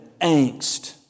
angst